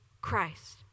Christ